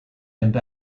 end